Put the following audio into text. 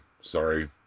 Sorry